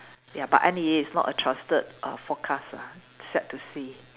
ya but N_E_A is not a trusted err forecast ah sad to see